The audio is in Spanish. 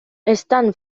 están